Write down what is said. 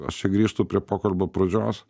aš čia grįžtu prie pokalbio pradžios